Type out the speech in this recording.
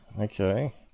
okay